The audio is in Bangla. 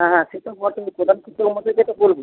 হ্যাঁ সে তো বটেই প্রধান শিক্ষক মশাই তো এটা করবে